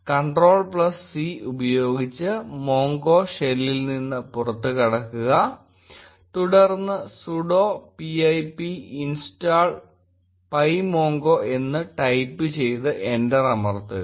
CtrlC ഉപയോഗിച്ച് Mongo ഷെല്ലിൽ നിന്ന് പുറത്തു കടക്കുക തുടർന്ന് sudo pip install pymongo എന്ന് ടൈപ്പ് ചെയ്ത് എന്റർ അമർത്തുക